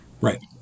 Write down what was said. Right